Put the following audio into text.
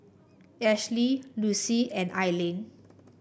Ashley Lucy and Aili